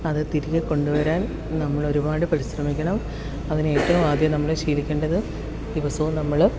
അത് തിരികെ കൊണ്ടുവരാൻ നമ്മൾ ഒരുപാട് പരിശ്രമിക്കണം അതിന് ഏറ്റവും ആദ്യം നമ്മൾ ശീലിക്കേണ്ടത് ദിവസവും നമ്മൾ